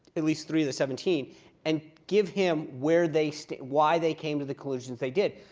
at least three of the seventeen and give him where they so why they came to the conclusions they did.